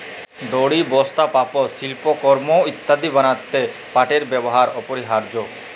দড়ি, বস্তা, পাপস, সিল্পকরমঅ ইত্যাদি বনাত্যে পাটের ব্যেবহার অপরিহারয অ